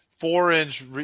four-inch